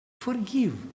Forgive